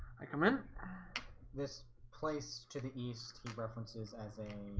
i come in this place to the east references as a